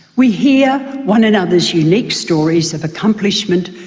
we hear one another's unique stories of accomplishment,